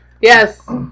Yes